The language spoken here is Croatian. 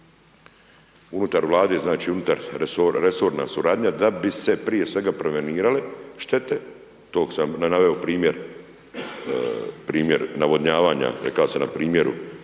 unutar Vlade, znači unutar resorna suradnja da bi se prije svega prevenirale štete, tog sam naveo primjer navodnjavanja, rekao sam na primjer